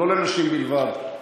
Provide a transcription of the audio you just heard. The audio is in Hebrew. הוא לא לנשים בלבד,